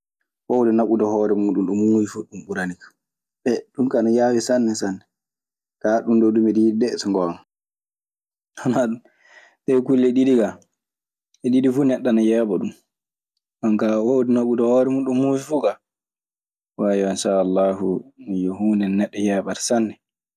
Waawude naɓude hoore muuɗun ɗo muuyi ɗun ɓurani kan e ɗun kaa ane yaawi sanne sanne. Kaa, ɗunɗoo duu miɗe yiɗi dee so ngoonga. Ɗee kulle ɗiɗi kaa, ɗe ɗiɗi fuu neɗɗo ana yeeɓa ɗun. Jon kaa, waawude naɓude hoore muuɗun ɗo muuyi fuu kaa insaaAllaahu yo huunde nde neɗɗo yeeɓata sanne.